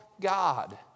God